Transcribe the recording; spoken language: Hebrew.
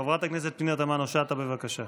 חברת הכנסת פנינה תמנו שטה, בבקשה.